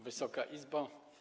Wysoka Izbo!